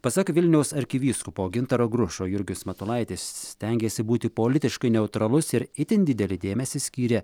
pasak vilniaus arkivyskupo gintaro grušo jurgis matulaitis stengėsi būti politiškai neutralus ir itin didelį dėmesį skyrė